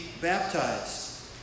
baptized